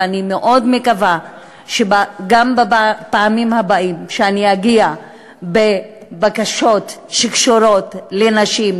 ואני מאוד מקווה שגם בפעמים הבאות שאני אגיע עם בקשות שקשורות לנשים,